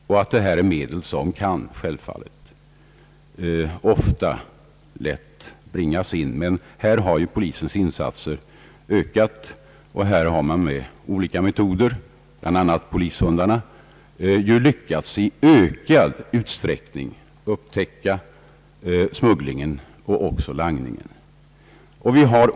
Det är ju fråga om medel som ofta ganska lätt kan föras in i landet. Polisens insatser har emellertid ökat, och man har med olika metoder, bl.a. polishundarna, lyckats i ökad utsträckning upptäcka smugglingen och langningen.